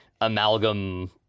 amalgam